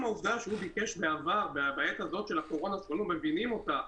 בעצם העובדה שהוא ביקש הלוואה בעת הזו של הקורונה שכולנו מבינים אותה,